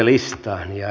arvoisa puhemies